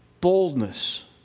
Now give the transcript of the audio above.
Boldness